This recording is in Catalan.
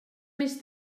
més